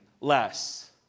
less